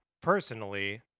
personally